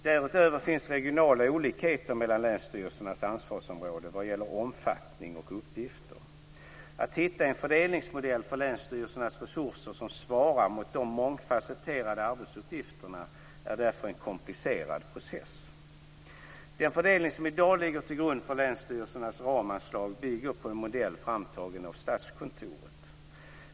Därutöver finns regionala olikheter mellan länsstyrelsernas ansvarsområden vad gäller omfattning och uppgifter. Att hitta en fördelningsmodell för länsstyrelsernas resurser som svarar mot de mångfasetterade arbetsuppgifterna är därför en komplicerad process. Den fördelning som i dag ligger till grund för länsstyrelsernas ramanslag bygger på en modell framtagen av Statskontoret.